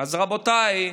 אז רבותיי,